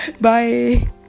bye